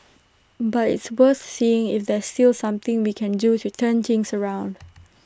but it's worth seeing if there's still something we can do to turn things around